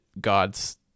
God's